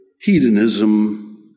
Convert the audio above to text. hedonism